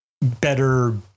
Better